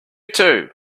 two